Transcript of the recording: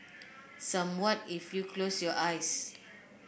somewhat if you close your eyes